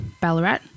Ballarat